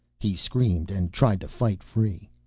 he screamed and tried to fight free.